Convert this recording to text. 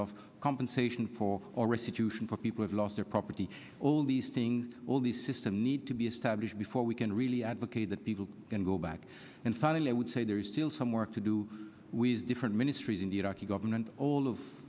of compensation for or restitution for people who've lost their property all these things all the system need to be established before we can really advocate that people can go back and finally i would say there is still some work to do with different ministries in the iraqi government all of